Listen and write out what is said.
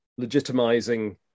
legitimizing